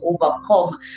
overcome